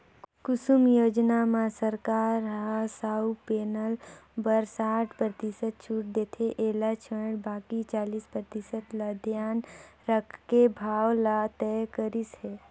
कुसुम योजना म सरकार ह सउर पेनल बर साठ परतिसत छूट देथे एला छोयड़ बाकि चालीस परतिसत ल धियान राखके भाव ल तय करिस हे